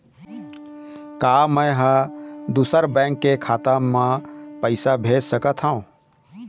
का मैं ह दूसर बैंक के खाता म पैसा भेज सकथों?